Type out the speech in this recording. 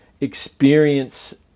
experience